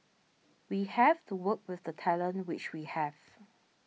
we have to work with the talent which we have